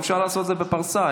אפשר לעשות זה בפרסה,